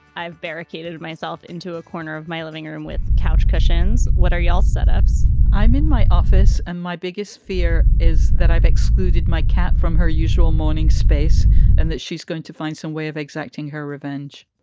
i've barricaded myself into a corner of my living room with couch cushions. what are you all set-ups? i'm in my office and my biggest fear is that i've excluded my cat from her usual morning space and that she's going to find some way of exacting her revenge